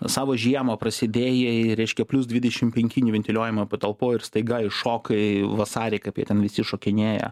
savo žiemą prasėdėjai reiškia plius dvidešim penki neventiliuojamoj patalpoj ir staiga iššokai vasarį kaip jie ten visi šokinėja